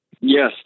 Yes